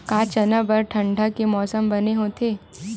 का चना बर ठंडा के मौसम बने होथे?